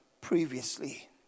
previously